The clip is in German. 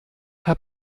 herr